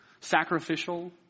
sacrificial